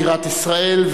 בירת ישראל,